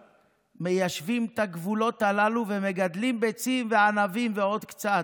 מיישבים את הגבולות הללו ומגדלים ביצים וענבים ועוד קצת,